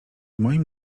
moim